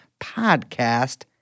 podcast